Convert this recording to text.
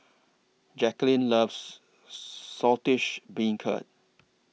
Jacquline loves Saltish Beancurd